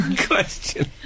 question